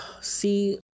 See